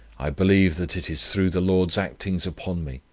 i believe that it is through the lord's actings upon me,